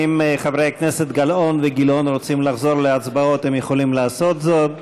אם חברי הכנסת גלאון וגילאון רוצים לחזור להצבעות הם יכולים לעשות זאת.